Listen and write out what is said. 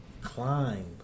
climb